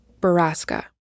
Baraska